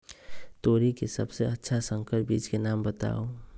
तोरी के सबसे अच्छा संकर बीज के नाम बताऊ?